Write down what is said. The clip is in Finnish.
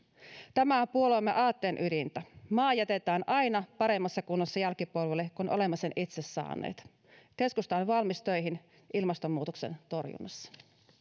tämä on puolueemme aatteen ydintä maa jätetään aina paremmassa kunnossa jälkipolville kuin olemme sen itse saaneet keskusta on valmis töihin ilmastonmuutoksen torjunnassa